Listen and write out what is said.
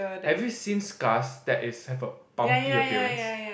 have you seen scars that is have a bumpy appearance